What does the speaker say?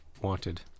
wanted